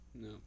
No